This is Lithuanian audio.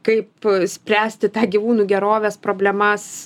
kaip spręsti tą gyvūnų gerovės problemas